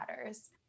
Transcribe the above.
matters